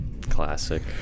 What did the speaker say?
Classic